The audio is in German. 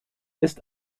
ist